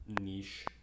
niche